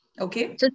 Okay